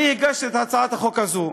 אני הגשתי את הצעת החוק הזאת,